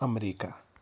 America